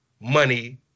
money